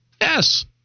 Yes